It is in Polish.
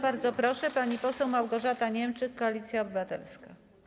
Bardzo proszę, pani poseł Małgorzata Niemczyk, Koalicja Obywatelska.